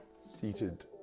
Seated